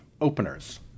openers